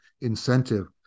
incentive